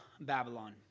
Babylon